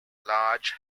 large